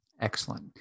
excellent